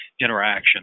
interaction